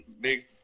big –